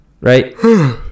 Right